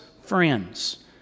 friends